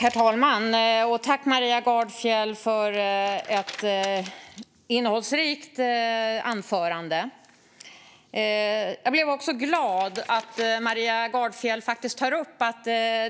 Herr talman! Tack, Maria Gardfjell, för ett innehållsrikt anförande! Jag blev glad över att Maria Gardfjell tog upp att